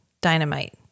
Dynamite